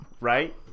Right